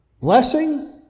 Blessing